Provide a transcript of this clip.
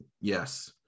Yes